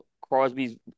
Crosby's